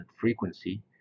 frequency